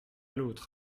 l’autre